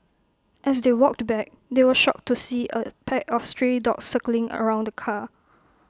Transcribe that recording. as they walked back they were shocked to see A pack of stray dogs circling around the car